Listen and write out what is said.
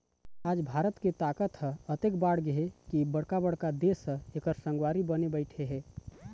आज भारत के ताकत ह अतेक बाढ़गे हे के बड़का बड़का देश ह एखर संगवारी बने बइठे हे